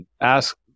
ask